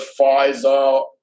Pfizer